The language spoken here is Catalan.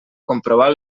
comprovar